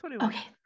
Okay